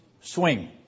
swing